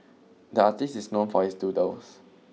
the artist is known for his doodles